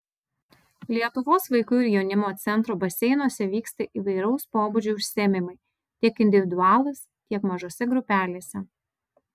lietuvos vaikų ir jaunimo centro baseinuose vyksta įvairaus pobūdžio užsiėmimai tiek individualūs tiek mažose grupelėse